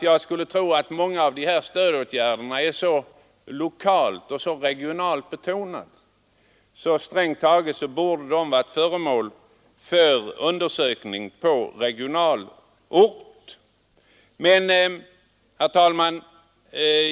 Jag skulle tro att många av stödåtgärderna är så lokalt och regionalt betonade, att de strängt taget borde vara föremål för rent lokala och regionala undersökningar. Herr talman!